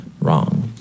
wrong